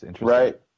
right